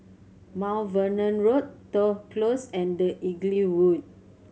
Mount Vernon Road Toh Close and The Inglewood